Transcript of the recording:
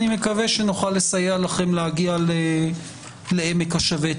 ואני מקווה שנוכל לסייע לכם להגיע לעמק השווה.